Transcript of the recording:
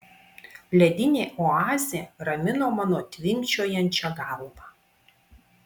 ledinė oazė ramino mano tvinkčiojančią galvą